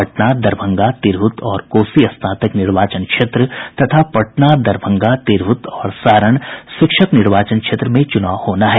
पटना दरभंगा तिरहुत और कोसी स्नातक निर्वाचन क्षेत्र तथा पटना दरभंगा तिरहुत और सारण शिक्षक निर्वाचन क्षेत्र में चुनाव होना है